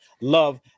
love